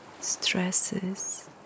stresses